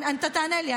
אל תענה לי,